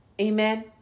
Amen